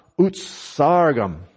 utsargam